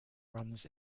runs